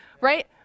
Right